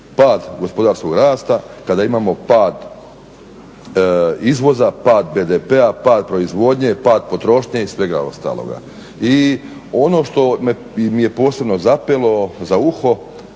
pad gospodarskog rasta, kada imamo pad izvoza, pad BDP-a, pad proizvodnje, pad potrošnje i svega ostaloga. I ono što mi je posebno zapelo za uho